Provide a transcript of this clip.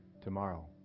tomorrow